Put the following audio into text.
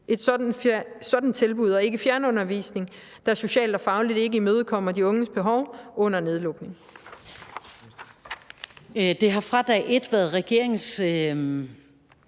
et sådant tilbud og ikke fjernundervisning, der socialt og fagligt ikke imødekommer de unges behov under nedlukningen?